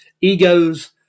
egos